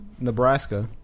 Nebraska